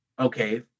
Okay